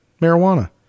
marijuana